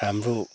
हाम्रो